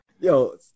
Yo